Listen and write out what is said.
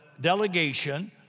delegation